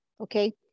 Okay